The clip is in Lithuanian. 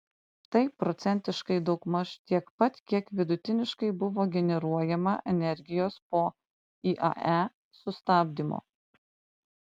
tai procentiškai daugmaž tiek pat kiek vidutiniškai buvo generuojama energijos po iae sustabdymo